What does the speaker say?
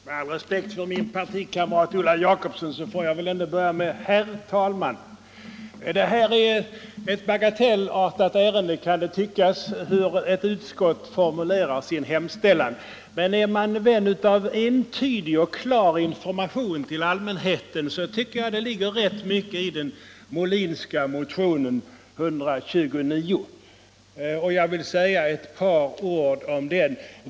Med all respekt för min partikamrat Ulla Jacobsson får jag väl ändå börja med: ”Herr talman!” Detta är ett bagatellartat ärende, kan det tyckas, nämligen hur ett utskott formulerar sin hemställan. Men är man vän av entydig och klar information till allmänheten, så tycker jag det ligger rätt mycket i den Molinska motionen 129, och jag vill säga några ord om den.